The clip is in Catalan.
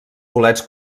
bolets